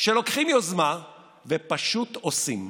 שלוקחים יוזמה ופשוט עושים.